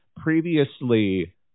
previously